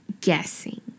guessing